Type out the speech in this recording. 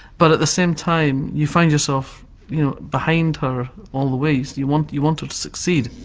but at the same time you find yourself you know behind her all the way, you want you want her to succeed.